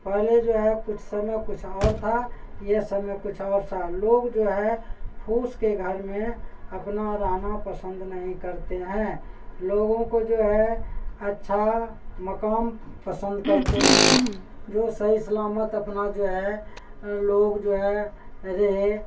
پہلے جو ہے کچھ سمے کچھ اور تھا یہ سمے کچھ اور سا لوگ جو ہے پھوس کے گھر میں اپنا رہنا پسند نہیں کرتے ہیں لوگوں کو جو ہے اچھا مکام پسند کرتے ہیں جو سہی سلامت اپنا جو ہے لوگ جو ہے رہے